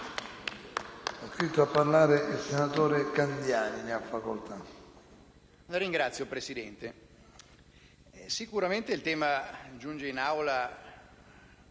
È iscritto a parlare il senatore Candiani. Ne ha facoltà.